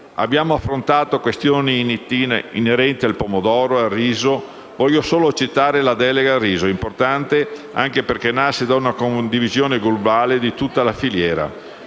Abbiamo affrontato questioni inerenti al pomodoro e al riso. Voglio solo citare la delega al riso, importante anche perché nasce da una condivisione globale di tutta la filiera